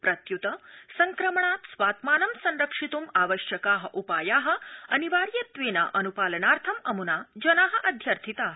प्रत्युत संक्रमणात् स्वात्मानं संरक्षित्ं आवश्यका उपाया अनिवार्यत्वेन अन्पालनार्थम् अमुना जना अध्यर्थिता